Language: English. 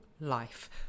life